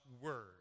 word